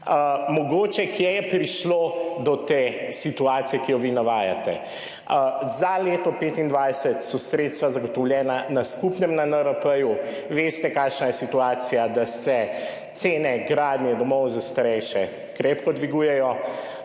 skupaj. Kje je prišlo do te situacije, ki jo vi navajate? Za leto 2025 so sredstva zagotovljena na skupnem na NRP. Veste, kakšna je situacija, da se cene gradnje domov za starejše krepko dvigujejo